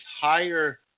higher